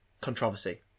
controversy